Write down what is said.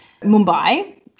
Mumbai